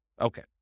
Okay